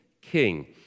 king